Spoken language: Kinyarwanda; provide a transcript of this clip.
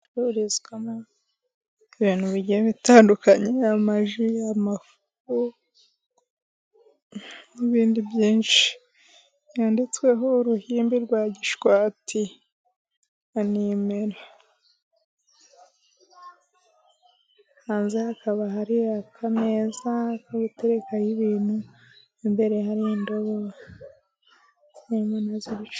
Inzu icururizwamo ibintu bitandukanye, amaji n'ibindi byinshi. yanditsweho uruhimbi rwa Gishwati, hanze hakaba hari ibintu, imbere hari indobo, ...